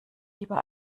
lieber